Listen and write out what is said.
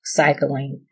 cycling